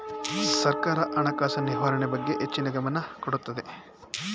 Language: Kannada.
ಸರ್ಕಾರ ಹಣಕಾಸಿನ ನಿರ್ವಹಣೆ ಬಗ್ಗೆ ಹೆಚ್ಚಿನ ಗಮನ ಕೊಡುತ್ತದೆ